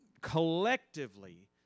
collectively